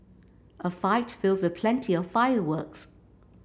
a fight filled with plenty of fireworks